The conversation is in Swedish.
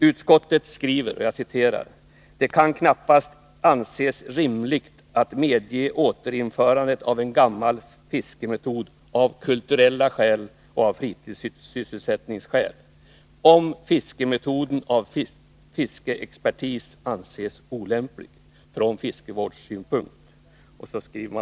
Utskottet skriver: ”Det kan knappast anses rimligt att medge återinförandet av en gammal fiskemetod av kulturella skäl och fritidssysselsättningsskäl om fiskemetoden av fiskeexpertis anses olämplig från fiskevårdssynpunkt.